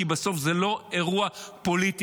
כי בסוף זה לא אירוע פוליטי-מפלגתי,